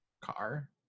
car